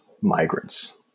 migrants